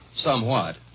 somewhat